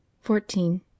Fourteen